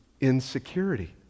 insecurity